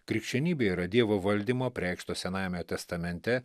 krikščionybė yra dievo valdymo apreikšto senajame testamente